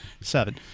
seven